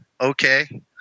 Okay